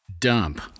dump